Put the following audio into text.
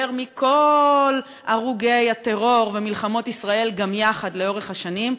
יותר מכל הרוגי הטרור ומלחמות ישראל גם יחד לאורך השנים,